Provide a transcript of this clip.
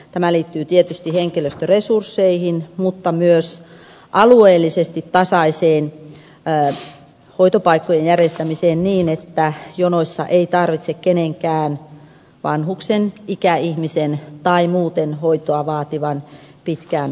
tämä liittyy tietysti henkilöstöresursseihin mutta myös alueellisesti tasaiseen hoitopaikkojen järjestämiseen niin että jonoissa ei tarvitse kenenkään vanhuksen ikäihmisen tai muuten hoitoa vaativan pitkään olla